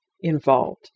involved